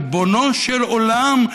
ריבונו של עולם,